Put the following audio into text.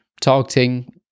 targeting